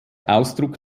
ausdruck